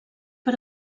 per